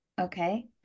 Okay